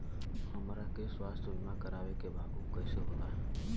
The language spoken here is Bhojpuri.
हमरा के स्वास्थ्य बीमा कराए के बा उ कईसे होला?